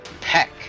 Peck